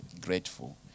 grateful